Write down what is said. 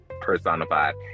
personified